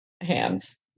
hands